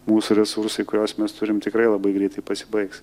mūsų resursai kuriuos mes turim tikrai labai greitai pasibaigs